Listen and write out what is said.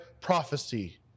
prophecy